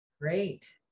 Great